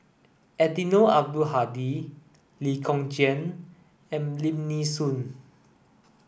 Eddino Abdul Hadi Lee Kong Chian and Lim Nee Soon